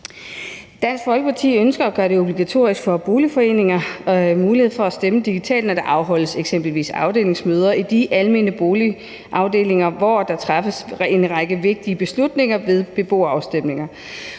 Dansk Folkeparti ønsker at gøre det obligatorisk for boligforeninger at have mulighed for at stemme digitalt, når der afholdes eksempelvis afdelingsmøder i de almene boligafdelinger, hvor der træffes en række vigtige beslutninger ved beboerafstemninger.